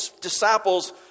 disciples